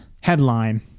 Headline